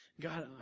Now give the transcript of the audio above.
God